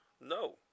No